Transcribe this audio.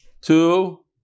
Two